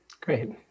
Great